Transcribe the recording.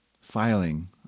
filing